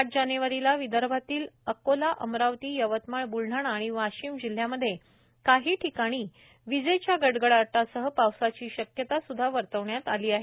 आठ जानेवारीला विदर्भातील अकोला अमरावती यवतमाळ बुलढाणा आणि वाशिम जिल्ह्यामध्ये काही ठिकाणी विजेच्या गडगडाटासह पावसाची शक्यता सुद्धा वर्तविण्यात आली आहे